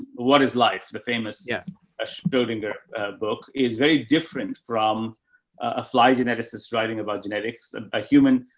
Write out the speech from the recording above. what is life? the famous yeah ah building a book is very different from a flight geneticists writing about genetics, and a human,